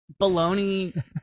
baloney